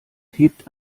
hebt